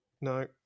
No